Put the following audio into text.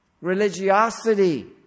religiosity